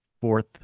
fourth